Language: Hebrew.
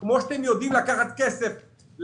בואו נעלה מישהו בזום מהמשרד של גנץ ונשאל אותו.